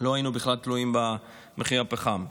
לא היינו בכלל תלויים במחיר הפחם.